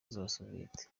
y’abasoviyeti